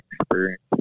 experience